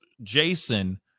jason